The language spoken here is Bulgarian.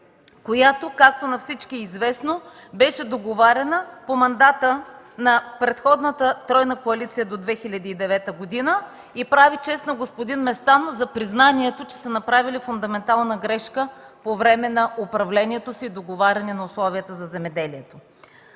която, както на всички е известно, беше договаряна в мандата на предходната тройна коалиция до 2009 г. и прави чест на господин Местан за признанието, че са направили фундаментална грешка по време на управлението си и договарянето на условията за земеделието.